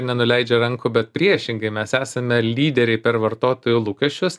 nenuleidžia rankų bet priešingai mes esame lyderiai per vartotojų lūkesčius